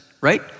right